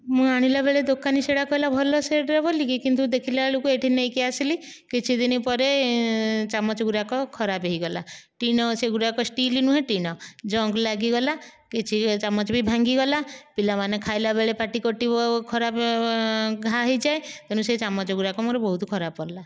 ମୁଁ ଆଣିଲା ବେଳେ ଦୋକାନୀ କହିଲା ସେଇଟା ଭଲ ସେଟ୍ ବୋଲିକି ଦେଖିଲା ବେଳକୁ ଏଇଠି ନେଇକି ଆସିଲି କିଛିଦିନ ପରେ ଚାମଚ ଗୁଡ଼ାକ ଖରାପ ହୋଇଗଲା ଟିଣ ସେଗୁଡ଼ାକ ଷ୍ଟିଲ୍ ନୁହେଁ ଟିଣ ଜଙ୍କ୍ ଲାଗିଗଲା କିଛି ଚାମଚ ବି ଭାଙ୍ଗି ଗଲା ପିଲାମାନେ ଖାଇଲା ବେଳେ ପାଟି କଟି ଖରାପ ଘା ହେଇଯାଏ ତେଣୁ ସେ ଚାମଚ ଗୁଡ଼ାକ ମୋର ବହୁତ ଖରାପ ପଡ଼ିଲା